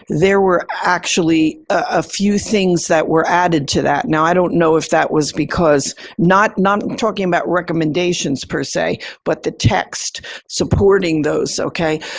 there were actually a few things that were added to that. now, i don't know if that was because not i'm not talking about recommendations per se, but the text supporting those. ok?